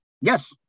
yes